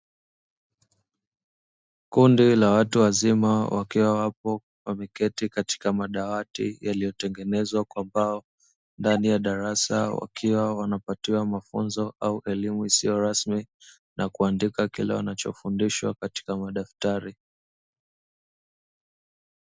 Kundi la watu wazima, wakiwa wapo wameketi katika madawati yaliyotengenezwa kwa mbao, ndani ya darasa wakiwa wanapatiwa mafunzo au elimu isiyo rasmi na kuandika kile wanachofundishwa katika madaftari .